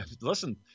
Listen